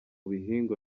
bihingwa